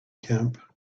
camp